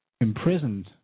imprisoned